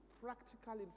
practical